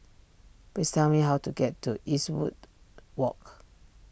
please tell me how to get to Eastwood Walk